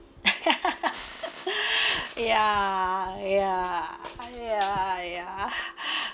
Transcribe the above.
ya ya ya ya